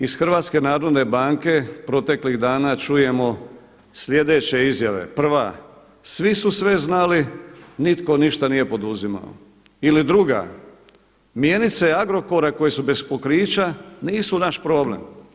Iz HNB proteklih dana čujemo sljedeće izjave, prva, svi su sve znali, nitko ništa nije poduzimao ili druga, mjenice Agrokora koje su bez pokrića nisu naš problem.